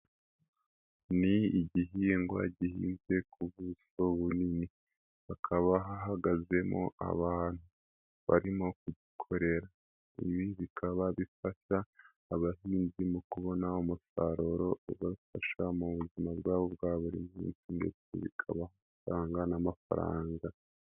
Ni igihingwa gihinnze ku buso bunini, hakaba hahagazemo abantu barimo kugikorera, ibi bikaba bifasha abahinzi mu kubona umusaruro ubafasha mu buzima bwabo bwa buri munsi ndetse bikabaha amafaranga n'amafaranga.